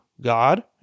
God